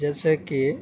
جیسے کہ